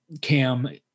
Cam –